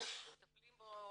מטפלים בו,